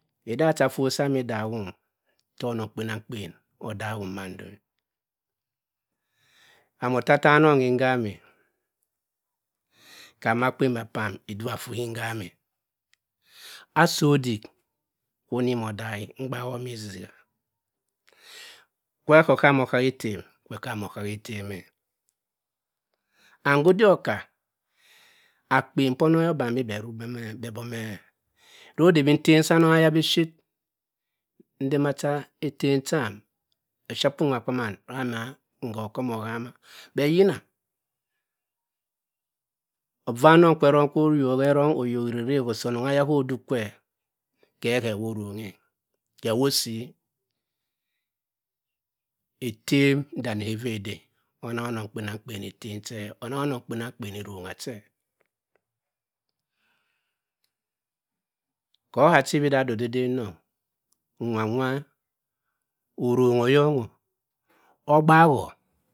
Kam bhe bhe kimi dima ehan ka ayo ediko kwam enzinehan ka vorca kwam that kan ke keny ndonong ka ibimokpaaby oh kan maan eroungha ma inangha dua nd ka-kany nikam ka akpen kwam pkam kewo sy nzahanongh nikem kpenankien aharoha abarobha mbha katem asimodik mmahimche-n nkery modongha mokwa kekomwok kwanong kindoho dokha sa mo warm ayo emah oyah emary nam nkereh bina bining igan yi kpanam korkom edodoyi ma sam ekanme ecy and mando kodey katem cha otem kwa oyodiko kwan mhe and mando ko dey ca voteh kwam so menwo emy remmy ibmokpaabu bi sam khe whor nangh mha ochuwi duma, cambhe etem homum san zinny chean kary acthiwi kwam bhe kpanamanam, mad ysa mayibe ibmokpaabu sam obey kham canamma chur chur akpen duma nanghuni ma akpen d-uma